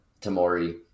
Tamori